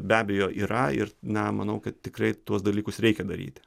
be abejo yra ir na manau kad tikrai tuos dalykus reikia daryti